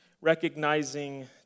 Recognizing